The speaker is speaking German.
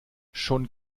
schon